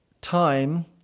time